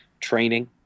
training